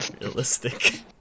Realistic